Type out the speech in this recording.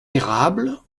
érables